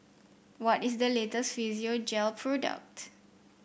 what is the latest Physiogel product